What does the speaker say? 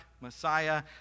Messiah